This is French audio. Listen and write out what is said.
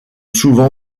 souvent